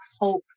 hope